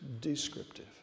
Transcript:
descriptive